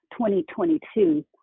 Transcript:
2022